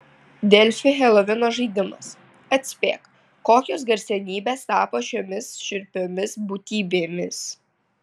delfi helovino žaidimas atspėk kokios garsenybės tapo šiomis šiurpiomis būtybėmis